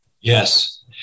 Yes